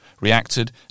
reacted